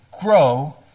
grow